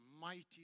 Mighty